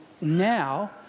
now